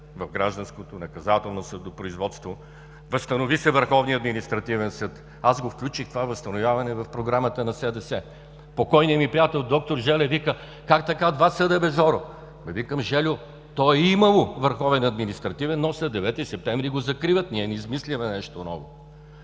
в гражданското, в наказателното съдопроизводство. Възстанови се Върховният административен съд. Аз включих това възстановяване в Програмата на СДС. Покойният ми приятел д-р Желев вика: „Как така два съда, бе, Жоро?“, викам: „Жельо, то е имало Върховен административен съд, но след 9-и септември го закриват, ние не измисляме нещо ново“.